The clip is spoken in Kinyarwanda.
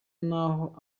n’aho